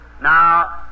now